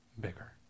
bigger